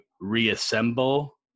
reassemble